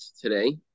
today